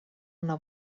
una